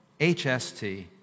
HST